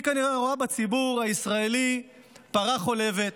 היא כנראה רואה בציבור הישראלי פרה חולבת.